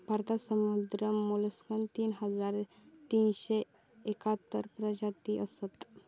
भारतात समुद्री मोलस्कचे तीन हजार तीनशे एकाहत्तर प्रजाती असत